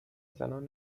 زنان